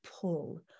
pull